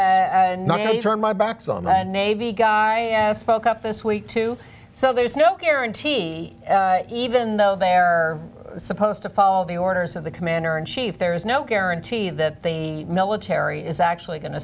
turn my back on the navy guy spoke up this week to so there's no guarantee even though there are supposed to follow the orders of the commander in chief there is no guarantee that the military is actually going to